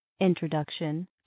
Introduction